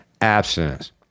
abstinence